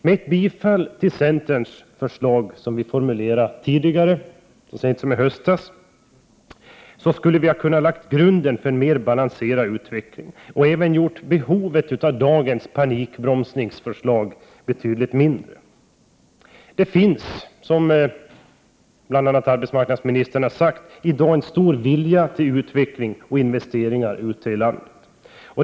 Med ett bifall till de centerförslag som framlades redan i höstas skulle vi ha kunnat lägga grunden för en mer balanserad utveckling. Vi hade därmed även gjort behovet av dagens panikbromsning betydligt mildare. Det finns, som bl.a. arbetsmarknadsministern sagt, i dag en stor vilja till utveckling och investeringar ute i landet.